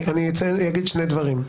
אני אגיד שני דברים,